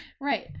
Right